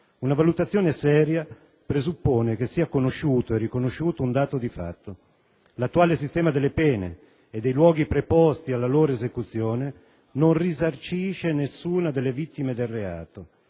Una valutazione seria presuppone che sia conosciuto e riconosciuto un dato di fatto: l'attuale sistema delle pene e dei luoghi preposti alla loro esecuzione non risarcisce nessuna delle vittime del reato